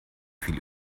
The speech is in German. viel